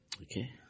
Okay